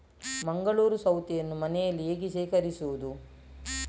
ಮಂಗಳೂರು ಸೌತೆಯನ್ನು ಮನೆಯಲ್ಲಿ ಹೇಗೆ ಶೇಖರಿಸುವುದು?